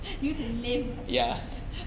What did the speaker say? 有点 lame lah 这样